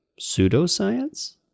pseudoscience